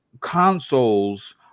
consoles